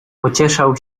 pocieszał